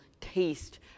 taste